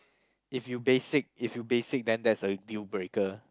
if you basic if you basic then that's a dealbreaker